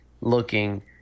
looking